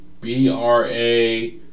B-R-A